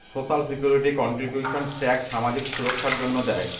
social security contributions tax সামাজিক সুররক্ষার জন্য দেয়